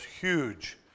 huge